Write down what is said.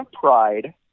pride